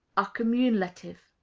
are cumulative.